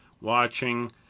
watching